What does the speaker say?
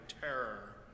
terror